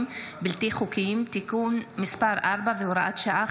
בלתי חוקיים (תיקון מס' 4 והוראת שעה,